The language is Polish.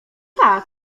tak